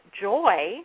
Joy